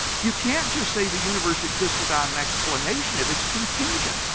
you can't just say the universe exists without an explanation if it's contingent.